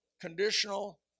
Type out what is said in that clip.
conditional